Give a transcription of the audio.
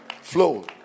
Flow